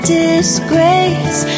disgrace